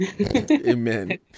Amen